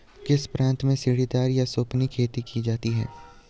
किस प्रांत में सीढ़ीदार या सोपानी खेती की जाती है?